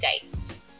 dates